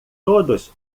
todos